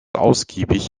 ausgiebig